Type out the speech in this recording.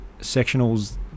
sectionals